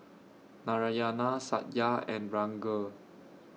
Narayana Satya and Ranga